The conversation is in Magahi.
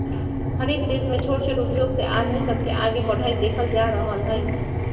हरएक देश में छोट छोट उद्धोग से आदमी सब के आगे बढ़ईत देखल जा रहल हई